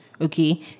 Okay